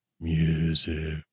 Music